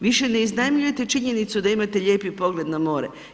Više ne iznajmljujete činjenicu da imate lijepo pogled na more.